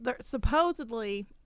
supposedly